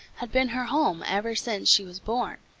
had been her home ever since she was born.